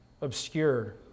obscure